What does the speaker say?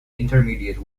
intermediate